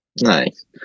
Nice